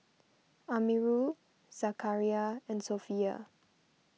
Amirul Zakaria and Sofea